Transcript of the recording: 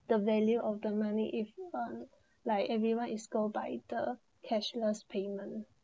the value of the money if you want like everyone is go by the cashless payment